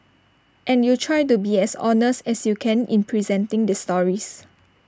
and you try to be as honest as you can in presenting their stories